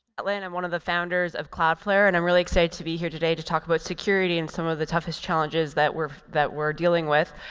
zetlyn. i'm one of the founders of cloudflare. and i'm really excited to be here today to talk about security and some of the toughest challenges that we're that we're dealing with.